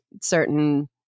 certain